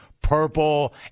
purple